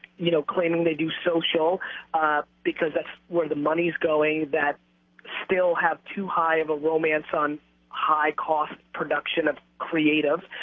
you know, claiming they do social because that's where the money is going that still have too high of a romance on high cost production of creative,